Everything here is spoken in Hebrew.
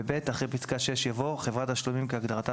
אחרי פסקה (6) יבוא: "(6א)חברת תשלומים כהגדרתה